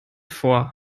vor